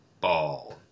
Ball